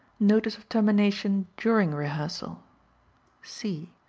notice of termination during rehearsal c.